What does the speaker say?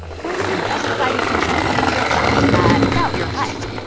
place the double-sided tape on either side at about your height.